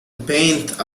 paint